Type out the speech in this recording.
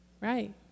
Right